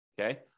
Okay